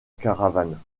caravane